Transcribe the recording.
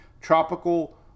tropical